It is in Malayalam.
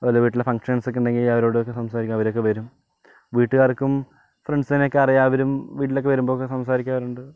അതുപോലെ വീട്ടിൽ ഫങ്ക്ഷൻസ് ഒക്കെ ഉണ്ടെങ്കിൽ അവരോട് സംസാരിക്കും അവർ വരും വീട്ടുകാർക്കും ഫ്രണ്ട്സിനെ ഒക്കെ അറിയാം അവരും വീട്ടിൽ ഒക്കെ വരുമ്പോൾ ഒക്കെ സംസാരിക്കാറുണ്ട് അങ്ങനെ